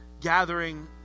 gathering